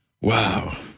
Wow